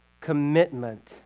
commitment